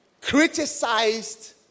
criticized